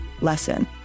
lesson